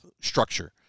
structure